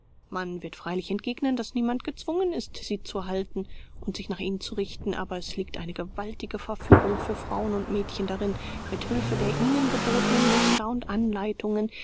man wird freilich entgegnen daß niemand gezwungen ist sie zu halten und sich nach ihnen zu richten aber es liegt eine gewaltige verführung für frauen und mädchen darin mit hülfe der ihnen gebotenen muster und anleitungen